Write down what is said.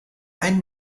ein